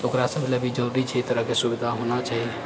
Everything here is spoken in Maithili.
तऽ ओकरासब लए भी जरूरी छै ई तरहकेँ सुविधा होना चाही